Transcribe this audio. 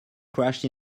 crashed